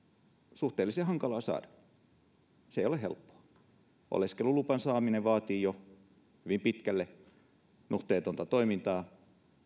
suhteellisen hankala saada se ei ole helppoa oleskeluluvan saaminen vaatii jo hyvin pitkälle nuhteetonta toimintaa